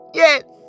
yes